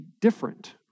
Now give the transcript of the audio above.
different